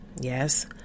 yes